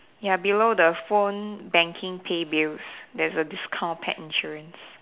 ya below the phone banking pay bills there's a discount pet insurance